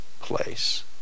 place